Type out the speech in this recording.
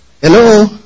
Hello